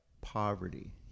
poverty